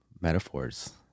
metaphors